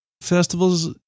festival's